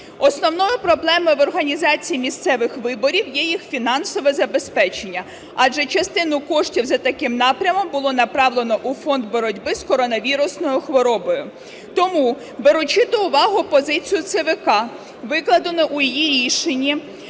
Основною проблемою в організації місцевих виборів є їх фінансове забезпечення адже частину коштів за таким напрямом було направлено у фонд боротьби з коронавірусною хворобою. Тому беручи до уваги позицію ЦВК, викладеної у її рішенні